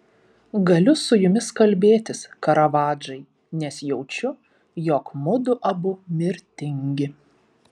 galiu su jumis kalbėtis karavadžai nes jaučiu jog mudu abu mirtingi